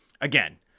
again